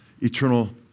eternal